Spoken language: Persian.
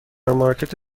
مارکت